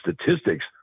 statistics